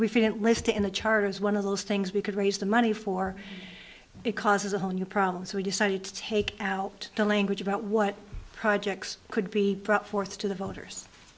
fit list in the charter is one of those things we could raise the money for it causes a whole new problem so we decided to take out the language about what projects could be brought forth to the voters